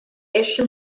eschen